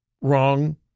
wrong